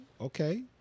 Okay